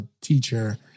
teacher